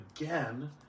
again